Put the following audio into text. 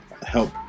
help